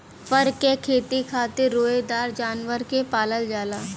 फर क खेती खातिर रोएदार जानवर के पालल जाला